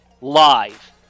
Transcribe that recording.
live